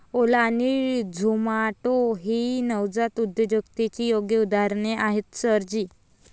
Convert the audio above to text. ओला आणि झोमाटो ही नवजात उद्योजकतेची योग्य उदाहरणे आहेत सर जी